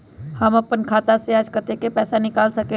हम अपन खाता से आज कतेक पैसा निकाल सकेली?